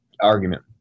argument